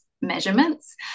measurements